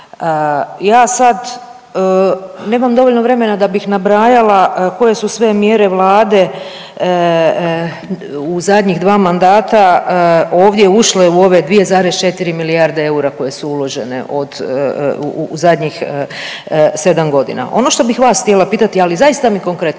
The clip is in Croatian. Ja sad nemam dovoljno vremena da bih nabrajala koje su sve mjere Vlade u zadnjih 2 mandata ovdje ušle u ove 2,4 milijarde eura koje su uložene od, u zadnjih 7 godina. Ono što bih vas htjela pitati, ali zaista mi konkretno